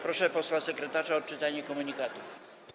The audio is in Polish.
Proszę posła sekretarza o odczytanie komunikatów.